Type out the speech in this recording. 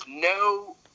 no